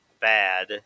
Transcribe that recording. bad